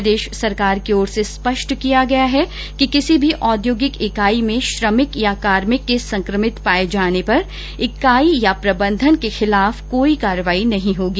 प्रदेश सरकार की ओर से स्पष्ट किया गया है कि किसी भी औद्योगिक इकाई में श्रमिक या कार्मिक के संक्रमित पाये जाने पर इकाई या प्रबंधन के खिलाफ कोई कार्यवाही नहीं होगी